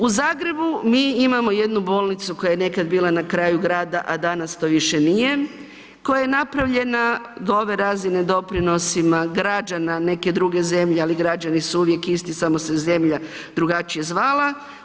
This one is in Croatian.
U Zagrebu mi imamo jednu bolnicu koja je nekad bila na kraju grada, a danas to više nije, koja je napravljena do ove razine doprinosima građana neke druge zemlje, ali građani su uvijek isti samo se zemlja drugačije zvala.